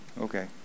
Okay